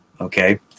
okay